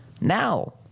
now –